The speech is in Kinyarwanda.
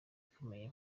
ikomeye